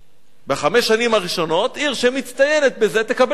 בחמש השנים הראשונות, עיר שמצטיינת בזה תקבל קנס.